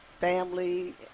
family